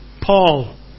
Paul